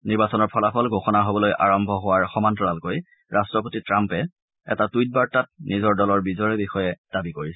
নিৰ্বাচনৰ ফলাফল ঘোষণা হ'বলৈ আৰম্ভ হোৱাৰ সমান্তৰালকৈ ৰাষ্ট্ৰপতি ট্ৰাম্পে এটা টুইট বাৰ্তাত নিজ দলৰ বিজয়ৰ বিষয়ে দাবী কৰিছে